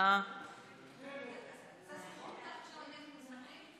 יואב סגלוביץ',